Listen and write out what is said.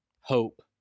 hope